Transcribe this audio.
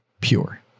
pure